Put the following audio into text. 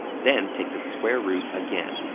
then take the square root again.